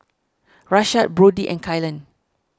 Rashad Brodie and Kylan